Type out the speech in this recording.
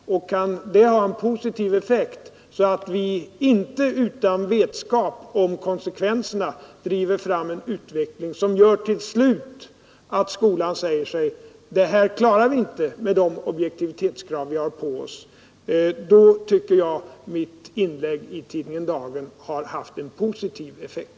Om man således inte, utan vetskap om konsekvenserna, driver fram en utveckling som till slut gör att skolans folk säger sig: ”Det här klarar vi inte med de objektivitetskrav vi har på oss”, då tycker jag att mitt inlägg i tidningen Dagen har haft en positiv effekt.